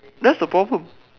that's the problem